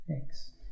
Thanks